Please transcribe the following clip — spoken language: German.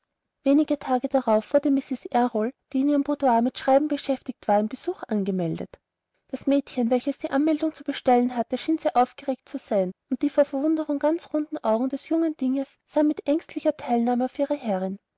wenige tage darauf wurde mrs errol die in ihrem kleinen boudoir mit schreiben beschäftigt war ein besuch gemeldet das mädchen welches die anmeldung zu bestellen hatte schien sehr aufgeregt zu sein und die vor verwunderung ganz runden augen des jungen dinges sahen mit ängstlicher teilnahme auf ihre herrin